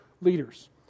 leaders